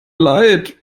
leid